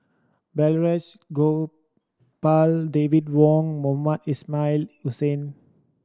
Balraj Gopal David Wong Mohamed Ismail Hussain